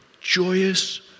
Joyous